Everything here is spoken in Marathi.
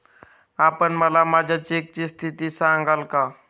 आपण मला माझ्या चेकची स्थिती सांगाल का?